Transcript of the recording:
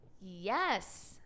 yes